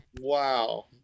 Wow